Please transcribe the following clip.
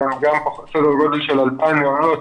זה מגיע לסדר גודל של כ 2,000 מעונות,